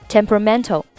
Temperamental